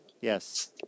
yes